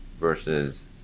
versus